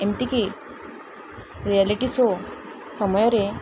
ଏମିତିକି reality show ସମୟରେ